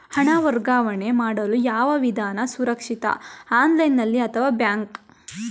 ಹಣ ವರ್ಗಾವಣೆ ಮಾಡಲು ಯಾವ ವಿಧಾನ ಸುರಕ್ಷಿತ ಆನ್ಲೈನ್ ಅಥವಾ ಬ್ಯಾಂಕ್?